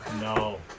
No